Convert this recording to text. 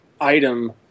item